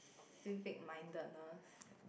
civic mindedness